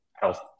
health